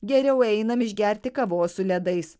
geriau einam išgerti kavos su ledais